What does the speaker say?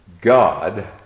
God